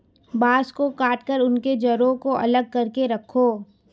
बांस को काटकर उनके जड़ों को अलग करके रखो